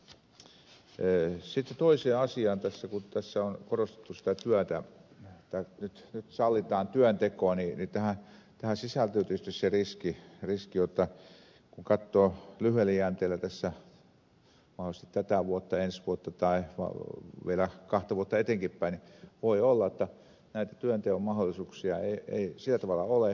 sitten toiseen asiaan kun tässä on korotettu työtä että nyt sallitaan työnteko niin tähän sisältyy tietysti se riski jotta kun katsoo lyhyellä jänteellä mahdollisesti tätä vuotta ja ensi vuotta tai vielä kahta vuotta eteenkin päin niin voi olla että näitä työnteon mahdollisuuksia ei sillä tavalla ole